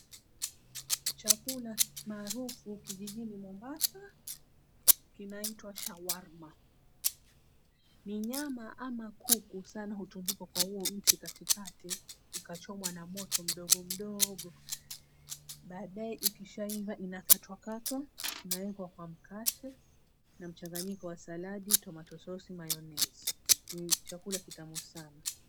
Chakula maarufu kijijini Mombasa kinaitwa 𝑠hawarma. Ni nyama ama kuku sana hutundikwa kwa huo miti katikati ikachomwa na moto mdogo mdogo baadae ikishaiva inakatwakatwa inawekwa kwa mkate na mchanganyiko wa saladi, tomato sauce , mayonez. Ni chakula kitamu sana.